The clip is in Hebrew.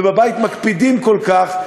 ובבית מקפידים כל כך,